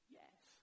yes